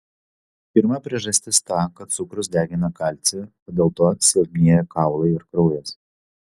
pirma priežastis ta kad cukrus degina kalcį o dėl to silpnėja kaulai ir kraujas